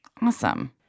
Awesome